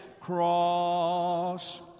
cross